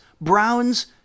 browns